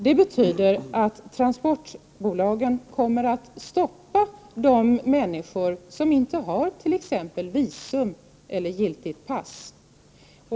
Det betyder att transportbolagen kommer att stoppa de människor som inte har t.ex. visum eller giltigt pass.